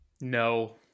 No